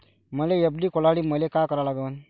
मले एफ.डी खोलासाठी मले का करा लागन?